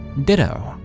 ditto